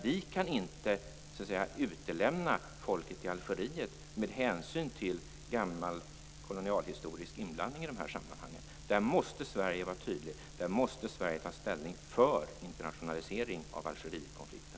Vi kan inte utelämna folket i Algeriet med hänsyn till gammal kolonialhistorisk inblandning i de här sammanhangen. Här måste Sverige vara tydligt och ta ställning för en internationalisering av Algerietkonflikten.